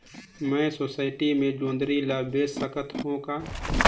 मैं सोसायटी मे जोंदरी ला बेच सकत हो का?